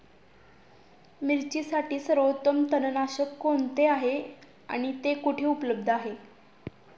मिरचीसाठी सर्वोत्तम तणनाशक कोणते आहे आणि ते कुठे उपलब्ध आहे?